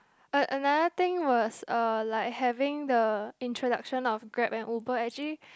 uh another thing was uh like having the introduction of Grab and Uber actually